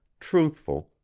truthful,